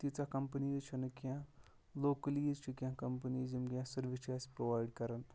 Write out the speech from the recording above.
تیٖژہ کَمپٔنیٖز چھَنہٕ کینٛہہ لوٚکٔلیٖز چھِ کینٛہہ کَمپٔنیٖز یِم گیس سٔروِس چھِ اَسہِ پروٚوَایِڈ کَران